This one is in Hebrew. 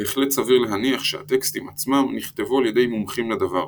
בהחלט סביר להניח שהטקסטים עצמם נכתבו על ידי מומחים לדבר.